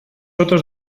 otros